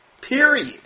Period